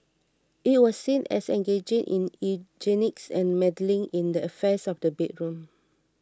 it was seen as engaging in eugenics and meddling in the affairs of the bedroom